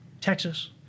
Texas